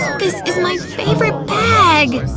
this is my favorite bag!